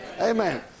Amen